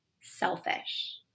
selfish